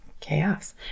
chaos